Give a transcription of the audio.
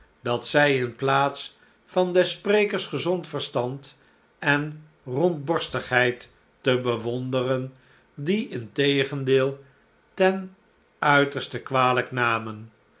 dat zij in plaats van des sprekers gezond verstand en rondborstigheid te bewonderen die integendeel ten uiterste kwalijk namen